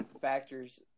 factors